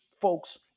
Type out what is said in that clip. folks